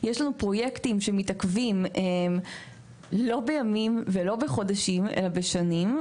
יש לנו דברים שמתעכבים לא בימים או בחודשים אלא בשנים,